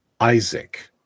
Isaac